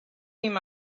him